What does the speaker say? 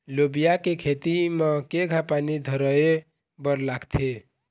लोबिया के खेती म केघा पानी धराएबर लागथे?